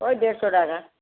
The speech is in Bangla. ওই দেড়শো টাকা